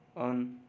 on